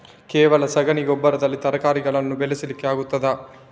ಕೇವಲ ಸಗಣಿ ಗೊಬ್ಬರದಲ್ಲಿ ತರಕಾರಿಗಳನ್ನು ಬೆಳೆಸಲಿಕ್ಕೆ ಆಗ್ತದಾ?